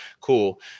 cool